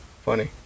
Funny